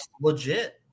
legit